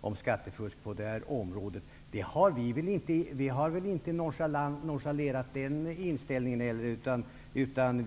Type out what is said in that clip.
för skattefusk på det här området. Vi har väl inte nonchalerat den inställningen.